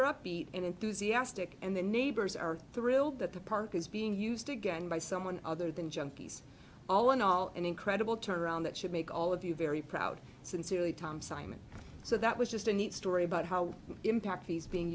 are upbeat and enthusiastic and the neighbors are thrilled that the park is being used again by someone other than junkies all in all an incredible turnaround that should make all of you very proud sincerely tom simon so that was just a neat story about how impact